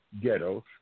ghettos